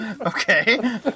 okay